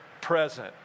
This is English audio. present